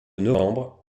novembre